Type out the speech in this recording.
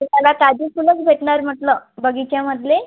तुम्हाला ताजी फुलंच भेटणार म्हटलं बगिचामधले